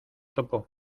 topo